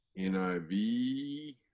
NIV